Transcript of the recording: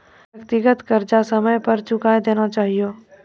व्यक्तिगत कर्जा समय पर चुकाय देना चहियो